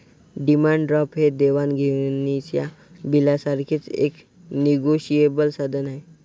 demand draft हे देवाण घेवाणीच्या बिलासारखेच एक निगोशिएबल साधन आहे